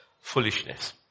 foolishness